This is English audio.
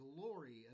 glory